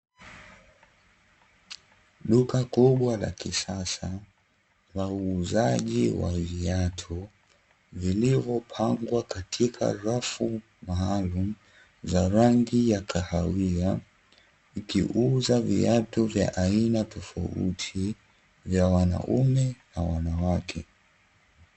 Duka kubwa la kisasa la uuzaji wa viatu, vilivyopangwa katika rafu maalumu za rangi ya kahawia, likiuza viatu vya aina tofauti vya wanaume na wanawake.